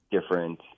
different